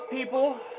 people